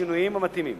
בשינויים המתאימים.